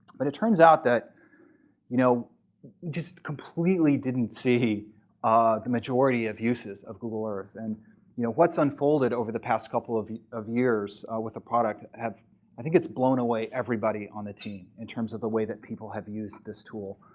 but it turns out that we you know just completely didn't see ah the majority of uses of google earth. and you know what's unfolded over the past couple of of years with the product, i think it's blown away everybody on the team in terms of the way that people have used this tool.